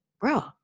bro